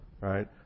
right